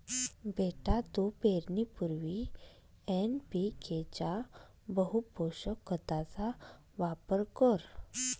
बेटा तू पेरणीपूर्वी एन.पी.के च्या बहुपोषक खताचा वापर कर